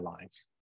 lines